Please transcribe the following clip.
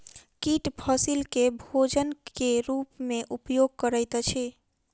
कीट फसील के भोजन के रूप में उपयोग करैत अछि